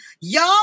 y'all